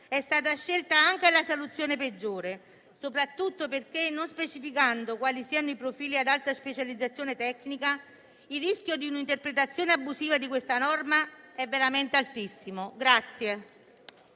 è stata scelta la soluzione peggiore, soprattutto perché, non specificando quali siano i profili ad alta specializzazione tecnica, il rischio di un'interpretazione abusiva di questa norma è veramente altissimo.